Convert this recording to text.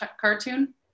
cartoon